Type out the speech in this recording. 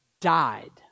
died